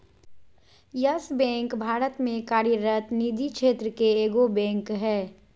yes Bank भारत में कार्यरत निजी क्षेत्र के एगो बैंक हइ